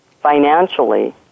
financially